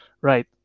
right